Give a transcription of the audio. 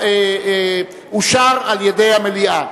אושרה על-ידי המליאה.